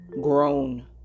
grown